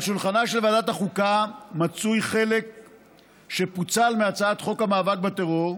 על שולחנה של ועדת החוקה מצוי חלק שפוצל מהצעת חוק המאבק בטרור,